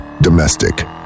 Domestic